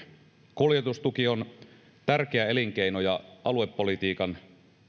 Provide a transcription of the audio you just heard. kuljetustuki on tärkeä elinkeino ja aluepolitiikan